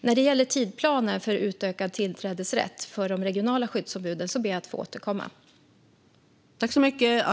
När det gäller en tidsplan för utökad tillträdesrätt för de regionala skyddsombuden ber jag att få återkomma.